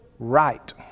right